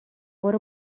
برو